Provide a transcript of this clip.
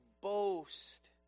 boast